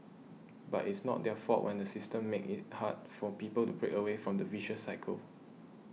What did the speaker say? but it's not their fault when the system makes it hard for people to break away from the vicious cycle